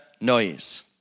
noise